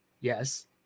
Yes